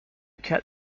cat